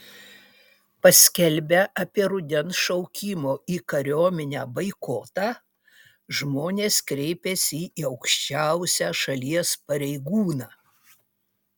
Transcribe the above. paskelbę apie rudens šaukimo į kariuomenę boikotą žmonės kreipėsi į aukščiausią šalies pareigūną